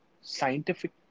scientific